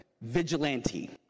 vigilante